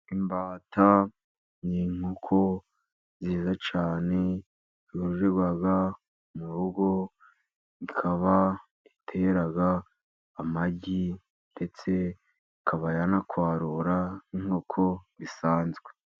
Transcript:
Imbata ni inkoko nziza cyane, yororerwa mu rugo, ikaba itera amagi, ndetse ikaba yanakwarura nk'inkoko bisanzwe.